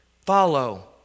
Follow